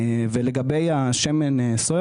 שמן הסויה